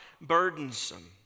burdensome